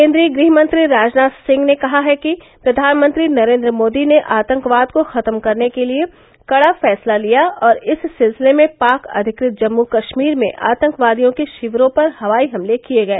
केन्द्रीय गृह मंत्री राजनाथ सिंह ने कहा है कि प्रधानमंत्री नरेन्द्र मोदी ने आतंकवाद को खत्म करने के लिए कड़ा फैसला लिया और इस सिलसिले में पाक अधिकृत जम्मू कश्मीर में आतंकवादियों के शिविरों पर हवाई हमले किए गए